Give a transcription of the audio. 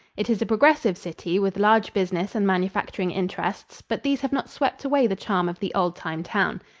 it is a progressive city with large business and manufacturing interests, but these have not swept away the charm of the old-time town.